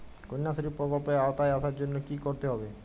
কন্যাশ্রী প্রকল্পের আওতায় আসার জন্য কী করতে হবে?